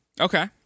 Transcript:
Okay